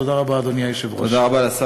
תודה רבה, אדוני היושב-ראש.